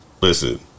Listen